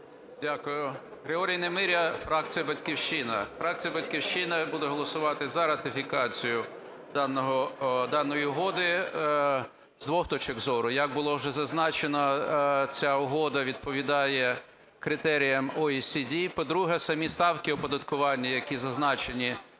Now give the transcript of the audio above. Дякую. Григорій Немиря, фракція "Батьківщина". Фракція "Батьківщина" буде голосувати за ратифікацію даної угоди з двох точок зору. Як було вже зазначено, ця угода відповідає критеріям ОСД. По-друге, самі ставки оподаткування, які зазначені